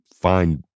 find